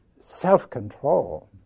self-control